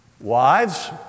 Wives